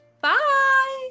bye